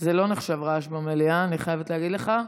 זה לא נחשב רעש במליאה, אני חייבת להגיד לך.